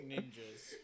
ninjas